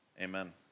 Amen